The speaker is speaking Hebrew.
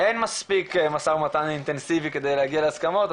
אין מספיק משא ומתן אינטנסיבי כדי להגיע להסכמות.